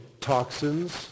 toxins